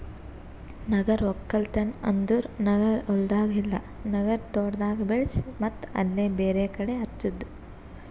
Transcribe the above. ನಗರ ಒಕ್ಕಲ್ತನ್ ಅಂದುರ್ ನಗರ ಹೊಲ್ದಾಗ್ ಇಲ್ಲಾ ನಗರ ತೋಟದಾಗ್ ಬೆಳಿಸಿ ಮತ್ತ್ ಅಲ್ಲೇ ಬೇರೆ ಕಡಿ ಹಚ್ಚದು